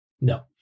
No